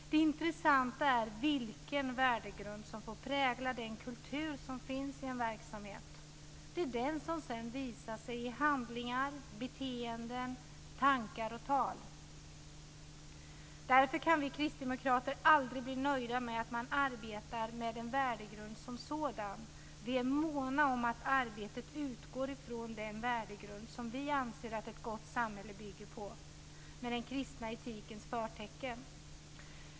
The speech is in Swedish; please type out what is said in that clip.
Det intressanta är vilken värdegrund som får prägla den kultur som finns i en verksamhet. Det är den som sedan visar sig i handlingar, beteenden, tankar och tal. Därför kan vi kristdemokrater aldrig bli nöjda med att man arbetar med en värdegrund som sådan. Vi är måna om att arbetet utgår från den värdegrund som vi anser att ett gott samhälle bygger på, dvs. med den kristna etikens förtecken.